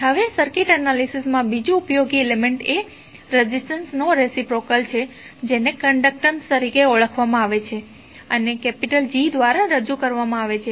હવે circuit analysis માં બીજું ઉપયોગી એલિમેન્ટ્ એ રેઝિસ્ટન્સ નો રેસિપ્રોકલ છે જેને કન્ડકટન્સ તરીકે ઓળખવામાં આવે છે અને G દ્વારા રજૂ થાય છે